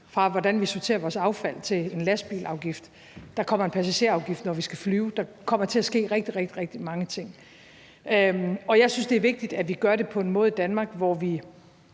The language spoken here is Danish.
fra hvordan vi sorterer vores affald til en lastbilafgift. Der kommer en passagerafgift, når vi skal flyve. Der kommer til at ske rigtig, rigtig mange ting. Jeg synes, det er vigtigt, at vi gør det på en måde i Danmark, hvor vi